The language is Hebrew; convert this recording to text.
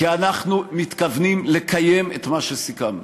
כי אנחנו מתכוונים לקיים את מה שסיכמנו,